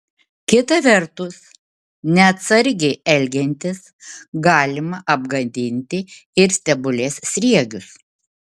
kita vertus neatsargiai elgiantis galima apgadinti ir stebulės sriegius